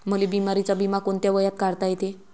मले बिमारीचा बिमा कोंत्या वयात काढता येते?